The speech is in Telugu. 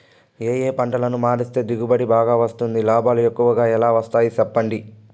ఏ ఏ పంటలని మారిస్తే దిగుబడి బాగా వస్తుంది, లాభాలు ఎక్కువగా ఎలా వస్తాయి సెప్పండి